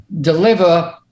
deliver